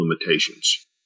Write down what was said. limitations